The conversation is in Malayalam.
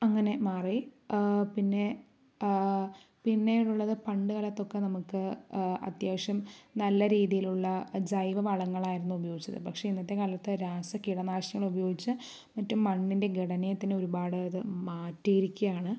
അങ്ങനെ മാറി പിന്നെ പിന്നീടുള്ളത് പണ്ടുകാലത്ത് ഒക്കെ നമുക്ക് അത്യാവിശ്യം നല്ല രീതിയിലുള്ള ജൈവവളങ്ങൾ ആയിരുന്നു ഉപയോഗിച്ചത് പക്ഷേ ഇന്നത്തെ കാലത്ത് രാസ കീടനാശിനികൾ ഉപയോഗിച്ച് മറ്റും മണ്ണിൻ്റെ ഘടനയെ തന്നെ ഒരുപാട് അത് മാറ്റിയിരിക്കയാണ്